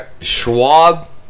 Schwab